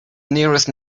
nearest